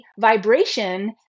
vibration